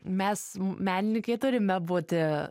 mes menininkai turime būti